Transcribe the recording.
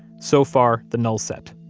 so far, the null set,